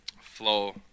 flow